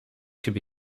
could